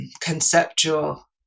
conceptual